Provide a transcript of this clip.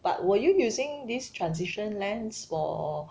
but were you using this Transition lens for